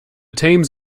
thames